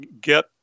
get